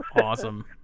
awesome